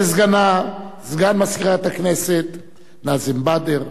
לסגנה, סגן מזכירת הכנסת נאזם בדר,